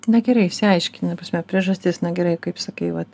na gerai išsiaiškini ta prasme priežastis na gerai kaip sakei vat